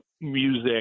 music